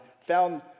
found